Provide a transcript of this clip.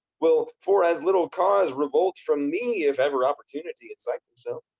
will for as little cause revolt from me, if ever opportunity incite them so